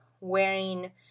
wearing